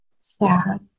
sad